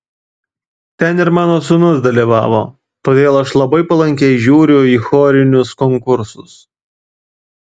ten ir mano sūnus dalyvavo todėl aš labai palankiai žiūriu į chorinius konkursus